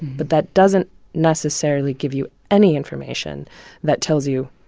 but that doesn't necessarily give you any information that tells you,